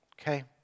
Okay